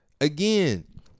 Again